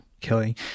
killing